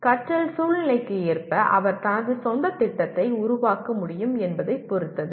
கற்றல் சூழ்நிலைக்கு ஏற்ப அவர் தனது சொந்த திட்டத்தை உருவாக்க முடியும் என்பதைப் பொறுத்தது